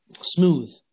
smooth